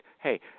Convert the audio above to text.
hey